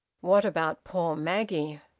what about poor maggie?